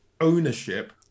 ownership